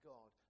God